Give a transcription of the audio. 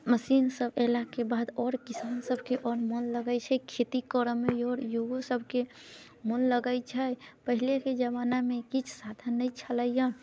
machine सभ अयलाके बाद आओर किसान सभकेँ आओर मन लगैत छै खेती करऽ मे आओर युवो सभकेँ मन लगैत छै पहिलेके जबानामे किछु साधन नहि छलैया